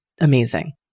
amazing